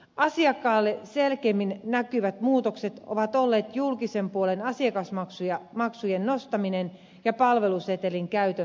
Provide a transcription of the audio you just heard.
asiakkaalle selkeimmin näkyvät muutokset ovat olleet julkisen puolen asiakasmaksujen nostaminen ja palvelusetelin käytön laajentaminen